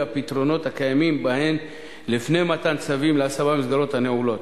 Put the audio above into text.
הפתרונות הקיימים בהן לפני מתן צווים להשמה במסגרות הנעולות.